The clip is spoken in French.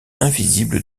invisibles